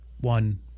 one